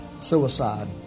suicide